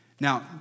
Now